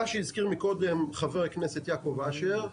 מה שהזכיר מקודם ח"כ יעקב אשר,